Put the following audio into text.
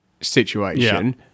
situation